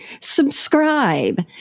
subscribe